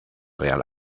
real